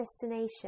destination